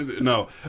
no